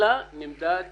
אלא נמדד